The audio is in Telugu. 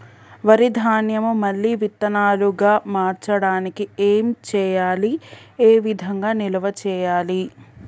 వరి ధాన్యము మళ్ళీ విత్తనాలు గా మార్చడానికి ఏం చేయాలి ఏ విధంగా నిల్వ చేయాలి?